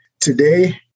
Today